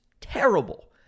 terrible